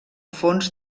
fons